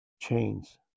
chains